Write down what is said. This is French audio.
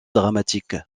dramatique